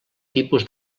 tipus